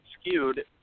skewed